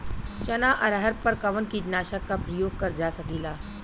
चना अरहर पर कवन कीटनाशक क प्रयोग कर जा सकेला?